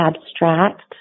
abstract